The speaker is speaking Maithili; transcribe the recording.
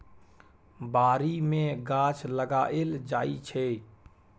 बारी मे गाछ लगाएल जाइ छै